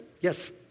Yes